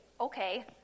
okay